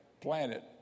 planet